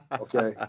Okay